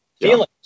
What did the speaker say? feelings